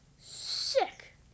sick